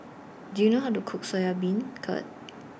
Do YOU know How to Cook Soya Beancurd